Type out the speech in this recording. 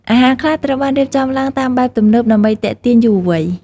អាហារខ្លះត្រូវបានរៀបចំឡើងតាមបែបទំនើបដើម្បីទាក់ទាញយុវវ័យ។